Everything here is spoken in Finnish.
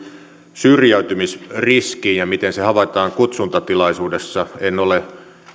syrjäytymisriskiin ja siihen miten se havaitaan kutsuntatilaisuudessa en ole